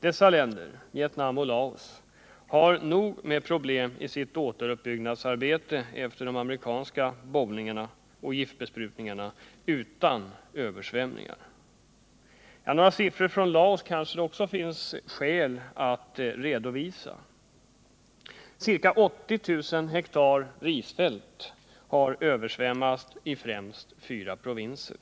Dessa länder — Vietnam och Laos — har nog med problem i sitt återuppbyggnadsarbete efter de amerikanska bombningarna och giftbesprutningarna utan översvämningar. Några siffror för Laos kanske det också är skäl att redovisa. Ca 80 000 hektar risfält har översvämmats i främst fyra provinser.